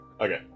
Okay